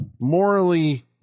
morally